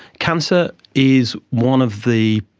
cancer is one of the,